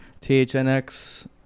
thnx